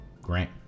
grant